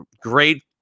Great